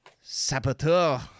Saboteur